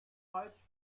falsch